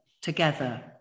together